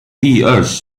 第二十